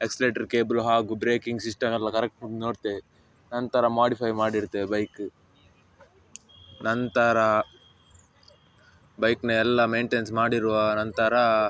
accelerator cable ಹಾಗು braking system ಎಲ್ಲ correct ಉಂಟಾ ನೋಡ್ತೇವೆ ನಂತರ ಮೊಡಿಫೈ ಮಾಡಿರ್ತ್ತೇವೆ ಬೈಕ್ ನಂತರ ಬೈಕಿನ ಎಲ್ಲ ಮೇಯ್ನ್ಟೇನ್ಸ್ ಮಾಡಿರುವ ನಂತರ